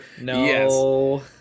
No